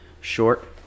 short